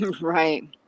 Right